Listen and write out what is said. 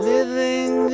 Living